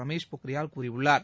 ரமேஷ் பொக்ரியால் கூறியுள்ளார்